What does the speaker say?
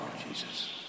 Jesus